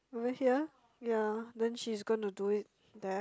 over here ya then she's gonna do it there